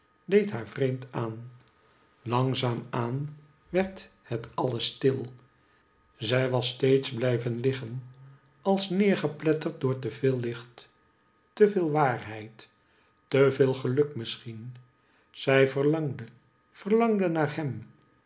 deed haar vreemd aan langzaam-aan werd het alles stil zij was steeds blijven liggen als neergepletterd door te veel licht te veel waarheid te veel geluk misschien zij verlangde verlangde naar hem